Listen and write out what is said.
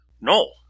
No